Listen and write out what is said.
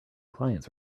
clients